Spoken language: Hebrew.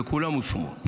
וכולם הושמו.